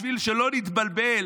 בשביל שלא נתבלבל,